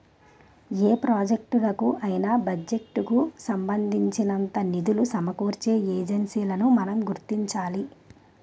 ఏ ప్రాజెక్టులకు అయినా బడ్జెట్ కు సంబంధించినంత నిధులు సమకూర్చే ఏజెన్సీలను మనం గుర్తించాలి